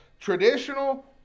traditional